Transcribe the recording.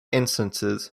instances